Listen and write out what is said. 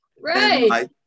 right